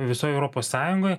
visoj europos sąjungoj